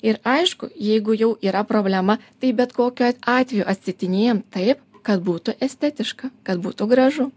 ir aišku jeigu jau yra problema tai bet kokiu at atveju atstatinėjam taip kad būtų estetiška kad būtų gražu